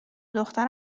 دختر